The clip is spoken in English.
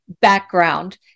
background